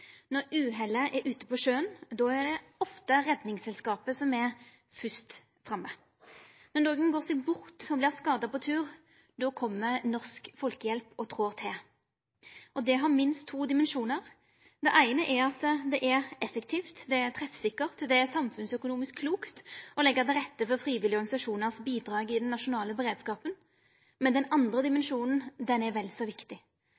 Når uhellet er ute på sjøen, er det ofte Redningsselskapet som er fyrst framme. Når nokon går seg bort og vert skada på tur, kjem Norsk Folkehjelp og trår til. Det har minst to dimensjonar. Det eine er at det er effektivt, treffsikkert og samfunnsøkonomisk klokt å leggja til rette for bidraget til dei frivillige organisasjonane i den nasjonale beredskapen. Den andre dimensjonen er vel så viktig.